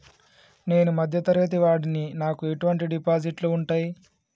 నేను మధ్య తరగతి వాడిని నాకు ఎటువంటి డిపాజిట్లు ఉంటయ్?